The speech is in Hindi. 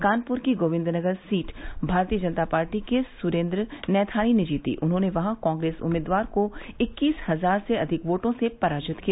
कानपुर की गोविन्दनगर सीट भारतीय जनता पार्टी के सुरेन्द्र नैथानी ने जीती उन्होंने वहां कांग्रेस उम्मीदवार को इक्कीस हजार से अधिक वोटों से पराजित किया